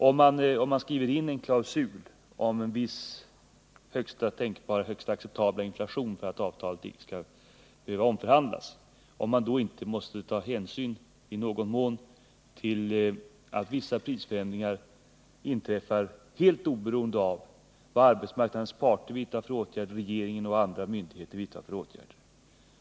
Om man skriver in en klausul om en viss högsta acceptabla inflation för att avtalen inte skall behöva omförhandlas, frågade han, måste man inte då ta hänsyn i någon mån till att vissa prisförändringar inträffar helt oberoende av vad arbetsmarknadens parter vidtar för åtgärder, vad regeringen och andra myndigheter vidtar för åtgärder?